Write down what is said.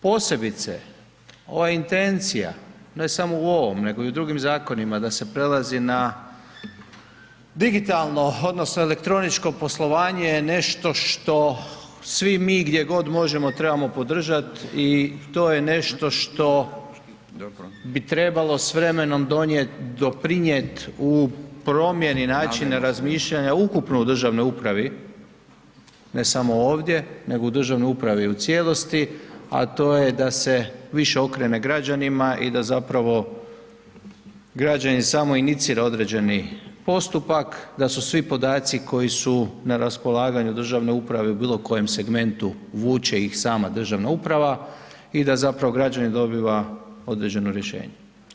Posebice ova intencija ne samo u ovom nego i u drugim zakonima da se prelazi na digitalno odnosno elektroničko poslovanje je nešto što svi mi gdje god možemo, trebamo podržati i to je nešto što bi trebalo s vremenom doprinijet u promjeni načina razmišljanja ukupno u državnoj upravi, ne samo ovdje nego u državnoj upravo u cijelosti a to je da se više okrene građanima i da zapravo građanin samo inicira određeni postupak, da su svi podaci koji su na raspolaganju u državnoj upravi u bilokojem segmentu, vuče ih sama državna uprava i da zapravo građanin dobiva određeno rješenje.